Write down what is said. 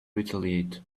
retaliate